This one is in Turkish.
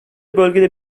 bölgede